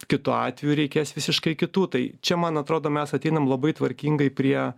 kitu atveju reikės visiškai kitų tai čia man atrodo mes ateinam labai tvarkingai prie